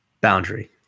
boundary